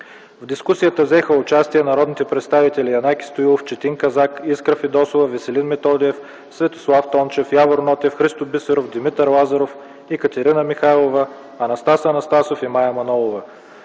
В дискусията взеха участие народните представители Янаки Стоилов, Четин Казак, Искра Фидосова, Веселин Методиев, Светослав Тончев, Явор Нотев, Христо Бисеров, Димитър Лазаров, Екатерина Михайлова, Анастас Анастасов и Мая Манолова.